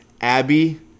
Abby